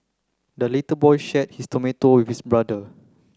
the little boy shared his tomato with his brother